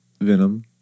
Venom